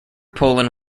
poland